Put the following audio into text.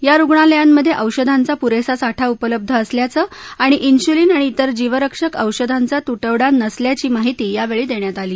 या रुग्णालयांमध्ये औषधांचा पुरेसा साठा उपलब्ध असल्याचं आणि इन्सुलिन आणि इतर जीवरक्षक औषधांचा तुटवडा नसल्याची माहिती यावेळी देण्यात आली